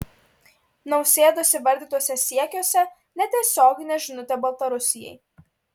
nausėdos įvardytuose siekiuose netiesioginė žinutė baltarusijai